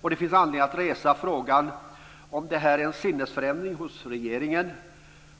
Och det finns anledning att resa frågan om det här är en sinnesförändring hos regeringen